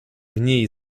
niej